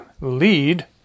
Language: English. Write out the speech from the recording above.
lead